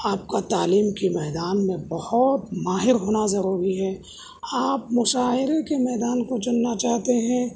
آپ کا تعلیم کے میدان میں بہت ماہر ہونا ضروری ہے آپ مشاعرہ کے میدان کو چننا چاہتے ہیں